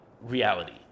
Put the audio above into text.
reality